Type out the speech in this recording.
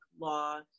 law